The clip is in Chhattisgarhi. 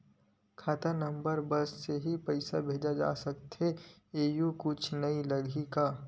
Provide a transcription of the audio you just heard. खाता नंबर बस से का पईसा भेजे जा सकथे एयू कुछ नई लगही का?